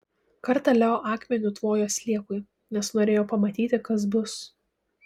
kartą leo akmeniu tvojo sliekui nes norėjo pamatyti kas bus